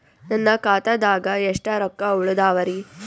ನನ್ನ ಖಾತಾದಾಗ ಎಷ್ಟ ರೊಕ್ಕ ಉಳದಾವರಿ?